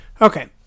Okay